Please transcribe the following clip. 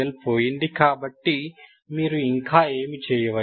పోయింది కాబట్టి మీరు ఇంకా ఏమి చేయవచ్చు